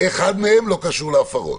אחד מהם לא קשור להפרות.